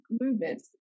movements